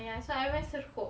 ya